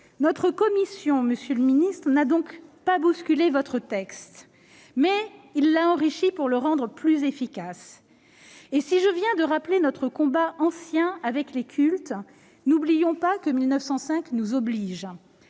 Notre commission, monsieur le ministre, n'a donc pas bousculé votre texte ; elle l'a enrichi pour le rendre plus efficace. J'ai rappelé notre combat ancien avec les cultes, mais n'oublions pas que la loi de 1905 nous oblige.